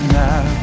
now